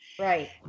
Right